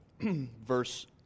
verse